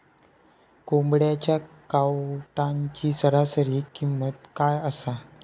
कोंबड्यांच्या कावटाची सरासरी किंमत काय असा?